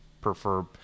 prefer